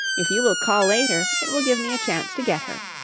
if you will call later it will give me a chance to get her.